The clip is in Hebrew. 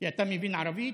כי אתה מבין ערבית,